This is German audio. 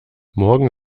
morgen